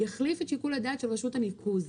את שיקול הדעת של רשות הניקוז.